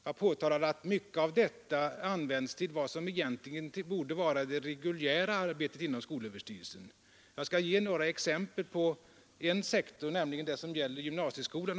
Jag påtalade att mycket av detta anslag använts till sådant som egentligen borde tillhöra det reguljära arbetet i skolöverstyrelsen. Jag skall ge några exempel från gymnasieskolan.